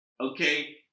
Okay